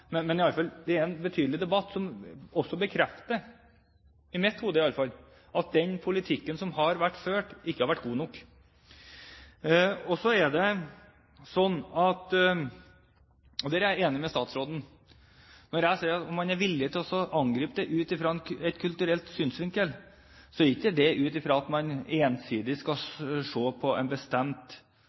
men det er en betydelig debatt som også bekrefter – i hvert fall i mitt hode – at den politikken som har vært ført, ikke har vært god nok. Så er det slik – og der er jeg enig med statsråden – at når man er villig til å angripe det ut fra en kulturell synsvinkel, er ikke det ut fra at man ensidig skal se på en bestemt